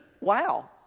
wow